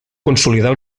consolidar